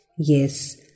Yes